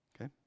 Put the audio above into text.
Okay